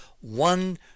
One